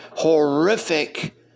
Horrific